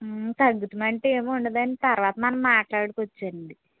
తగ్గుతుం అంటే ఏమీ ఉండదు అండి తరువాత మనం మాట్లాడుకోవచ్చు అండి